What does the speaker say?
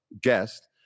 guest